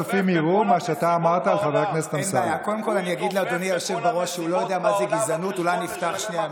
מבין מה זה גזענות, אז אולי אני אפתח מילון.